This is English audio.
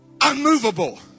unmovable